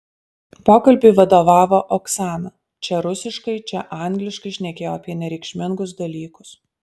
pokalbiui vadovavo oksana čia rusiškai čia angliškai šnekėjo apie nereikšmingus dalykus